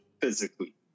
physically